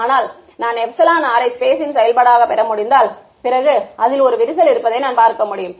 ஆனால் நான் r யை ஸ்பேஸின் செயல்பாடாக பெற முடிந்தால் பிறகு அதில் ஒரு விரிசல் இருப்பதை நான் பார்க்க முடியும்